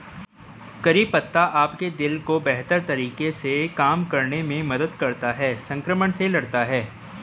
करी पत्ता आपके दिल को बेहतर तरीके से काम करने में मदद करता है, संक्रमण से लड़ता है